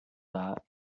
that